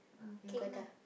mookata